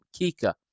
Kika